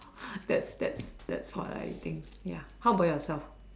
that's that's that's what I think ya how about yourself